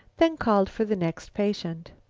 then called for the next patient.